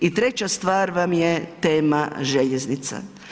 I treća stvar vam je tema željeznica.